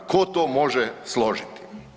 Tko to može složiti?